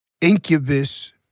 Incubus